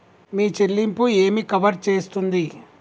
మీ చెల్లింపు ఏమి కవర్ చేస్తుంది?